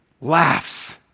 laughs